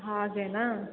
ಹಾಗೇನಾ